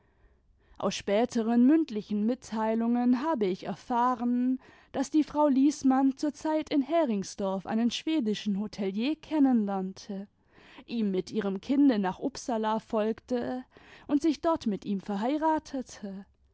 aus späteren mündlichen mitteilungen habe ich erfahren daß die frau liesmann zur zeit in heringsdorf einen schwedischen hotelier kennen lernte ihm mit ihrem kinde nach upsala folgte und sich dort mit ihm verheiratete